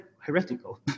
heretical